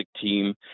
team